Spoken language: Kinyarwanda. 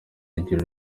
zigira